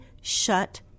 shut